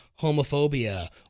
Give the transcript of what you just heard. homophobia